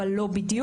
אבל לא בדיוק.